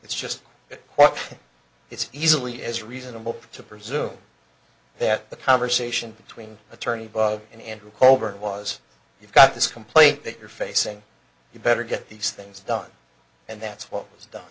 it's just that it's easily as reasonable to presume that the conversation between attorney bug and recorder and was you've got this complaint that you're facing you better get these things done and that's what is done